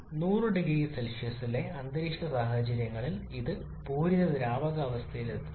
അതായത് 100 0 സിയിലെ അന്തരീക്ഷ സാഹചര്യങ്ങളിൽ ഇത് പൂരിത ദ്രാവകാവസ്ഥയിലെത്തുന്നു